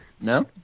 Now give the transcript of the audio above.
No